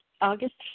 August